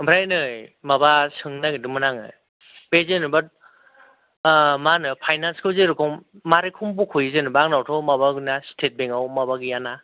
ओमफ्राय नै माबा सोंनो नागेरदोंमोन आङो बे जेनोबा मा होनो फायनान्सखौ जेरखम मा रोखोम बखयो जेनोबा आंनावथ' स्टेट बेंक आव माबा गैया ना